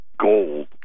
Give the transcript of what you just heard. gold